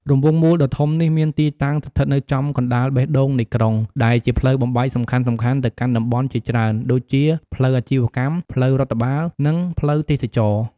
រង្វង់មូលដ៏ធំនេះ មានទីតាំងស្ថិតនៅចំកណ្តាលបេះដូងនៃក្រុង ដែលជាផ្លូវបំបែកសំខាន់ៗទៅកាន់តំបន់ជាច្រើន ដូចជា ផ្លូវអាជីវកម្ម ផ្លូវរដ្ឋបាល និងផ្លូវទេសចរណ៍។